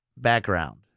Background